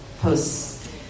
posts